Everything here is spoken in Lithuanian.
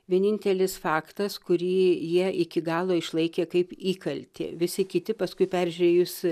vienintelis faktas kurį jie iki galo išlaikė kaip įkaltį visi kiti paskui peržiūrėjus